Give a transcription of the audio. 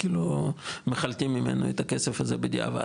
כאילו מחלטים ממנו את הכסף הזה בדיעבד,